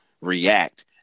react